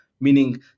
meaning